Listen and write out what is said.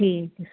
ਠੀਕ